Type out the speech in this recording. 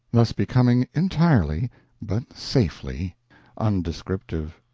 thus becoming entirely but safely undescriptive.